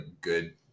good